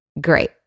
Great